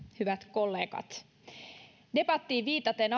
hyvät kollegat aikaisempaan debattiin viitaten